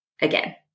again